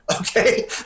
Okay